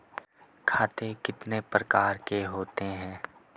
खाते कितने प्रकार के होते हैं?